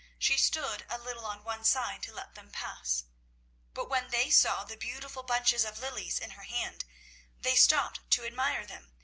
she stood a little on one side to let them pass but when they saw the beautiful bunches of lilies in her hand they stopped to admire them,